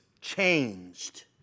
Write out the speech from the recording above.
changed